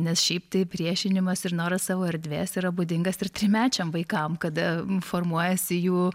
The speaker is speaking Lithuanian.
nes šiaip tai priešinimas ir noras savo erdvės yra būdingas ir trimečiam vaikam kada formuojasi jų